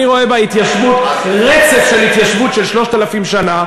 אני רואה בה רצף של התיישבות של 3,000 שנה.